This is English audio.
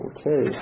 Okay